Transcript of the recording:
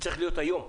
זה צריך להיות היום.